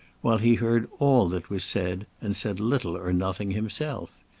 while he heard all that was said, and said little or nothing himself.